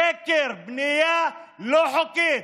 שקר, בנייה לא חוקית.